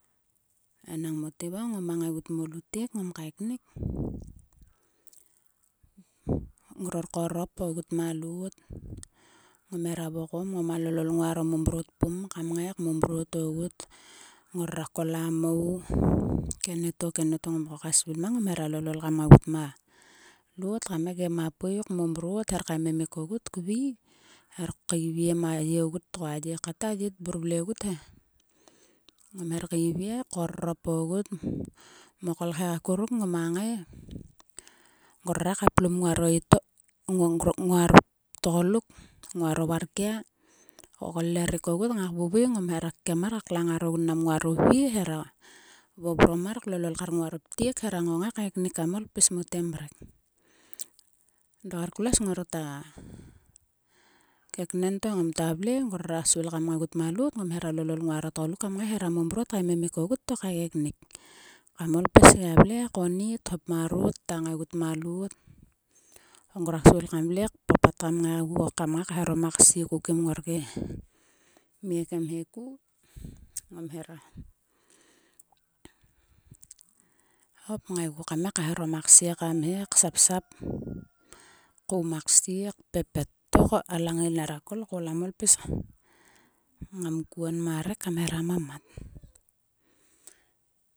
Enang mote va ngoma ngaigut mo lutek ngom kaiknik. Ngror korop ogut ma lot. Ngom hera vokom. Ngoma lolol nguaro momrot pum kam ngai kmomrot ogut. Ngrora kol o mou. Kenieto kenieto ngoma svil mang ngom hera lololkam ngaigut ma lot. Kam ngai kgem a pui kmomrot kher kaemenuk ogut kvi. Kher keiviem a ye ogut ko a ye tbur vle ogut he. Ngom her keivie. korop ogut. Mo kolkhek okuruk ngoma ngai. Ngrore ka plum nguaro tgoluk. Nguaro varkia. gollerik rik ogut ngak vuvui ngom hera kokem mar ka klangar ogun mnam nguaro vie. Hera vovrom mar klolol kar nguaro ptiek hera ngongai kaeknik kam pis mote mrek. Dok kar klues ngor tua keknen he. Ngom kta vle ngoma svil kam ngaitgut ma lot. Ngom hera lolol nguaro tgoluk kam ngai hera momrot kaememik ogut to kaekenik. Kam ol pis gia vle konit hop marot kta ngaigut ma loot. Ngrua svil kam vle papat kam ngai kaeharom a ksie ku kim ngor ke mie ke mhe ku ngom hera hop ngaigu. Kam ngai kaeharom ksapsap koum a ksie. kpepet to a langail nera kol koul kam pis ngam kuon ma rek kam hera mamat.